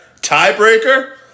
tiebreaker